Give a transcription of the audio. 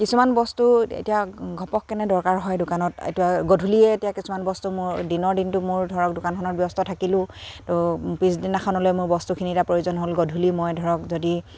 কিছুমান বস্তু এতিয়া ঘপককেনে দৰকাৰ হয় দোকানত এতিয়া গধূলিয়ে এতিয়া কিছুমান বস্তু মোৰ দিনৰ দিনটো মোৰ ধৰক দোকানখনত ব্যস্ত থাকিলোঁ ত' পিছদিনাখনলৈ মোৰ বস্তুখিনি এতিয়া প্ৰয়োজন হ'ল গধূলি মই ধৰক যদি